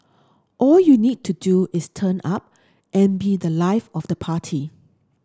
all you need to do is turn up and be the life of the party